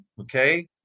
Okay